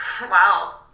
Wow